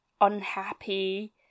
unhappy